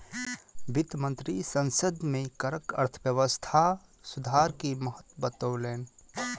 वित्त मंत्री संसद में करक अर्थव्यवस्था सुधार के महत्त्व बतौलैन